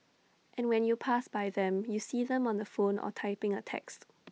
and when you pass by them you see them on the phone or typing A text